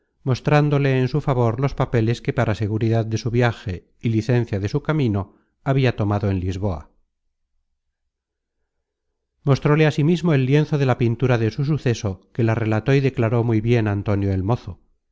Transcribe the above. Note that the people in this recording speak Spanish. mostrándole en su favor los papeles que para seguridad de su viaje y licencia de su camino habia tomado en lisboa mostróle asimismo el lienzo de la pintura de su suceso que la relató y declaró muy bien antonio